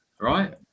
right